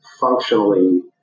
functionally